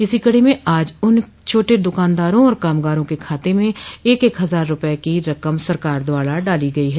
इसी कड़ी में आज उन छोटे दुकानदारों और कामगारों के खाते में एक एक हजार रूपये की रकम सरकार द्वारा डालो गई है